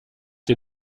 dir